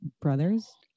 brothers